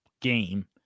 game